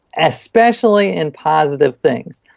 especially in positive things.